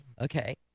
okay